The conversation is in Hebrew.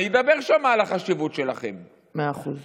אני אדבר שם על החשיבות שלכם, מאה אחוז.